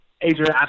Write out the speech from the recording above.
Adrian